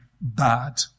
bad